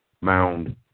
mound